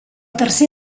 tercer